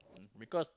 because